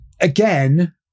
again